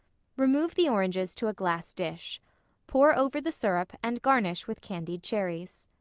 remove the oranges to a glass dish pour over the syrup and garnish with candied cherries.